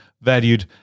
valued